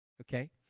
okay